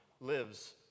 lives